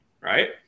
Right